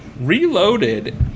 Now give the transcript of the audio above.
Reloaded